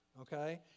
okay